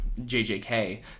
JJK